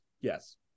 yes